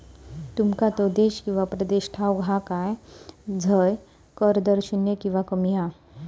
तुमका तो देश किंवा प्रदेश ठाऊक हा काय झय कर दर शून्य किंवा कमी हा?